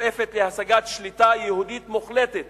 השואפת להשגת שליטה יהודית מוחלטת